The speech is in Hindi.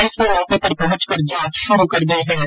पुलिस ने मौके पर पहुंच कर जांच शुरू कर दी है